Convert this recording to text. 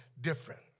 different